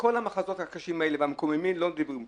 כל המחזות הקשים האלה והמקוממים לא עשו כלום,